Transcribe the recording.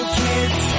kids